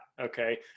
okay